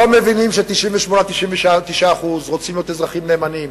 לא מבינים ש-98%, 99% רוצים להיות אזרחים נאמנים.